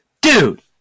dude